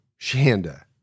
Shanda